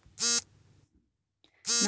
ನಾನು ಚಿನ್ನದ ಬಾಂಡ್ ಗೆ ಅರ್ಜಿ ಸಲ್ಲಿಸಬಹುದೇ?